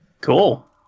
Cool